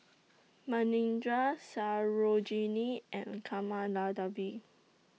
Manindra Sarojini and Kamaladevi